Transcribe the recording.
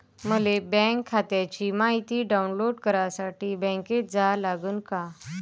मले बँक खात्याची मायती डाऊनलोड करासाठी बँकेत जा लागन का?